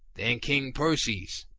then king perses,